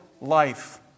life